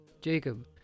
Jacob